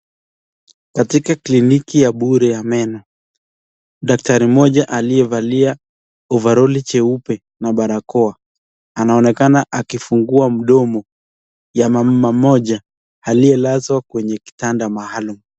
Katika kliniki ya bure ya meno, daktari mmoja aliyevalia ovaroli jeupe na barakoa. Anaonekana akifungua mdomo ya mama mmoja aliyelazwa kwenye kitanda maalum.